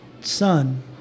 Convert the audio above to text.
son